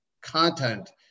content